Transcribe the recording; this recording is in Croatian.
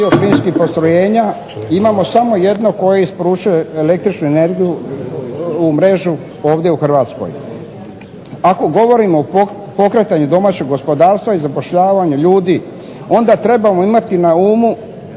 6500 bioplinskih postrojenja. Imamo samo jedno koje isporučuje električnu energiju u mrežu ovdje u Hrvatskoj. Ako govorimo o pokretanju domaćeg gospodarstva i zapošljavanju ljudi onda trebamo imati na umu